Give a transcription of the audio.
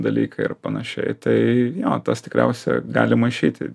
dalykai ir panašiai tai jo tas tikriausia gali maišyti